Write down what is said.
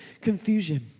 confusion